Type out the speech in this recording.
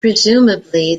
presumably